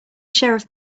sheriff